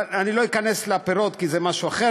אני לא אכנס לפירות כי זה משהו אחר.